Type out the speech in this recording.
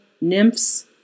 nymphs